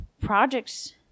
projects